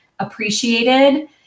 appreciated